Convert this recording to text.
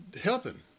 helping